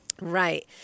Right